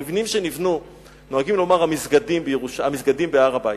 נוהגים לומר: המסגדים בהר-הבית.